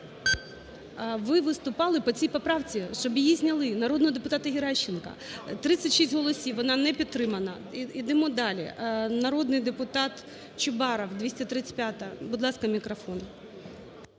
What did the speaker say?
Ви виступали по цій поправці, щоб її зняли, народного депутата Геращенка. 13:26:05 За-36 Тридцять шість голосів, вона не підтримана. Ідемо далі. Народний депутат Чубаров, 235-а. Будь ласка, мікрофон.